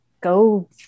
go